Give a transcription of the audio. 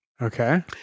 Okay